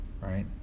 right